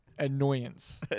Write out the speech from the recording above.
Annoyance